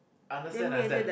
understand understand